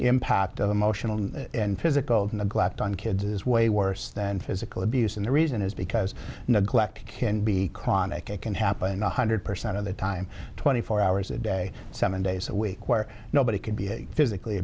impact of emotional and physical neglect on kids is way worse than physical abuse and the reason is because neglect can be chronic and can happen one hundred percent of the time twenty four hours a day seven days a week where nobody could be physically